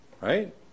right